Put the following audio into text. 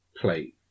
plate